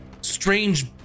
strange